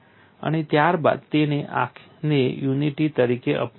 અને ત્યારબાદ તેમણે આને યુનિટી તરીકે અપનાવ્યું હતું